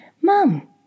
Mom